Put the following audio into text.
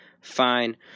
fine